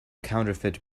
counterfeit